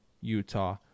utah